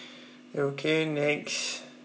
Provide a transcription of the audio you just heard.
okay next